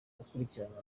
ukurikiranwa